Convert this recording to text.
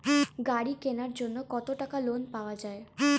গাড়ি কিনার জন্যে কতো টাকা লোন পাওয়া য়ায়?